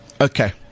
Okay